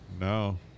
No